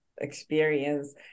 experience